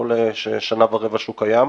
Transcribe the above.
לא לשנה ורבע שהוא קיים.